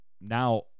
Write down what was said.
now